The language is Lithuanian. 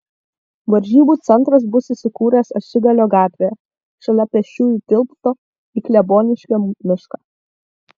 varžybų centras bus įsikūręs ašigalio gatvėje šalia pėsčiųjų tilto į kleboniškio mišką